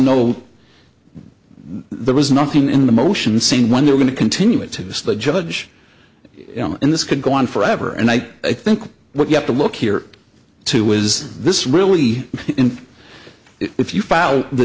no there was nothing in the motion saying when they're going to continue it to this the judge in this could go on forever and i think what you have to look here to is this really in if you file the